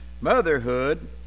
Motherhood